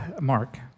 Mark